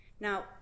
now